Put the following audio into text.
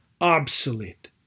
obsolete